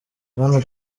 bwana